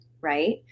right